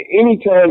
anytime